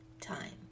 time